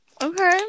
Okay